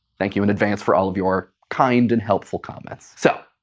thank you in advance for all of your kind and helpful comments. so,